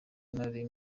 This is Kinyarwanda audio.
nari